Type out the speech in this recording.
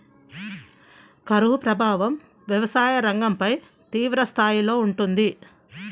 కరువు ప్రభావం వ్యవసాయ రంగంపై తీవ్రస్థాయిలో ఉంటుంది